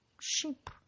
Sheep